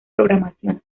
programación